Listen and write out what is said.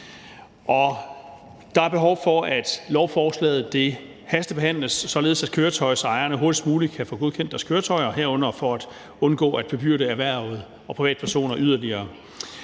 Der er behov for, at lovforslaget hastebehandles, således at køretøjsejerne hurtigst muligt kan få godkendt deres køretøjer, bl.a. for at undgå at fordyre det for erhvervet og privatpersoner yderligere.